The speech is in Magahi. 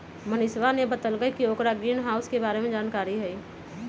मनीषवा ने बतल कई कि ओकरा ग्रीनहाउस के बारे में जानकारी हई